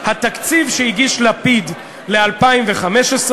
התקציב שהגיש לפיד ל-2015.